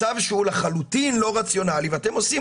מצב שהוא לחלוטין לא רציונלי ואתם עושים